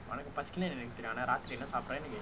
wanted to pass canoeing because apparently